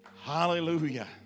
Hallelujah